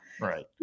Right